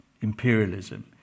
imperialism